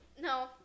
No